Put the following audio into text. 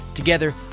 Together